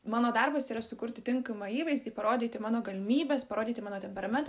mano darbas yra sukurti tinkamą įvaizdį parodyti mano galimybes parodyti mano temperamentą